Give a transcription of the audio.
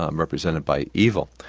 um represented by evil.